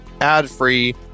ad-free